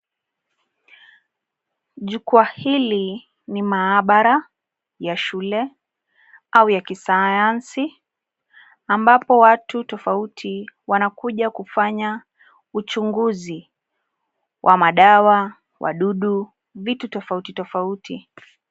Jukwaa hili ni maabara ya shule au ya kisayansi ambapo watu tofauti wanakuja kufanay uchunguzi wa madawa, wa madudu, vitu tofautitofauti.